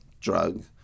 drug